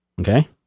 okay